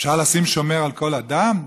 אפשר לשים שומר על כל אדם?